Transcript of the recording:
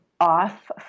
off